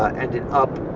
ah ended up